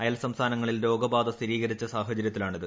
അയൽ സംസ്ഥാനങ്ങളിൽ രോഗബാധ സ്ഥിരീകരിച്ച സാഹചര്യത്തിലാണിത്